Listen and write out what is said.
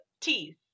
teeth